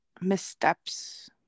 missteps